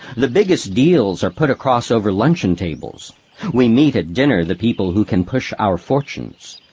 the biggest deals are put across over luncheon tables we meet at dinner the people who can push our fortunes.